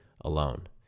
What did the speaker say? alone